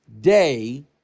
day